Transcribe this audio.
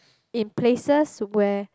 in places where